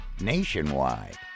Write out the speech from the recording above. Nationwide